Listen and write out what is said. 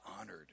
honored